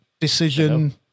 decision